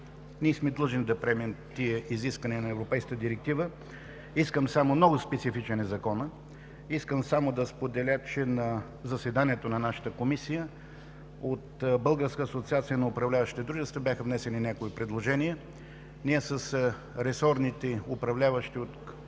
Ние сме длъжни да приемем тези изисквания на европейската Директива, много специфичен е законът. Искам само да споделя, че на заседанието на нашата комисия от Българската асоциация на управляващите дружества бяха внесени някои предложения. С ресорните управляващи от Комисията